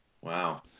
Wow